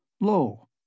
Lo